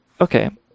Okay